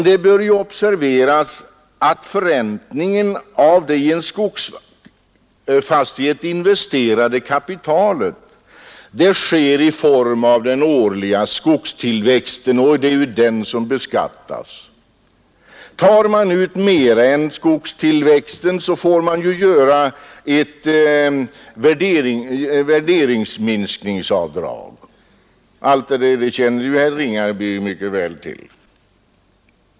Det bör observeras att förräntningen av det i en skogsfastighet investerade kapitalet sker i form av den årliga skogstillväxten, och det är den som beskattas. Tar man ut mera än skogstillväxten, får man göra ett värdeminskningsavdrag. Allt detta känner herr Ringaby mycket väl till.